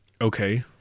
Okay